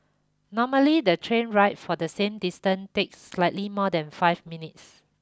normally the train ride for the same distance takes slightly more than five minutes